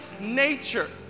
nature